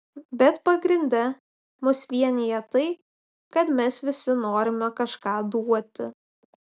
bet pagrinde mus vienija tai kad mes visi norime kažką duoti